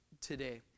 today